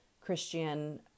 Christian